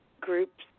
groups